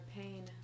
pain